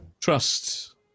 Trust